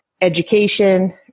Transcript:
education